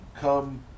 come